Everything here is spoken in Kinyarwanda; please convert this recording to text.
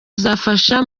zizafasha